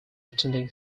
attending